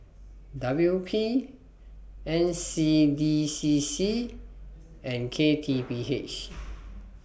W P N C D C C and K T P H